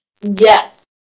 Yes